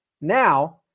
Now